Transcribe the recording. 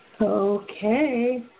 Okay